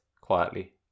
quietly